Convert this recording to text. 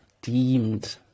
Deemed